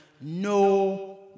no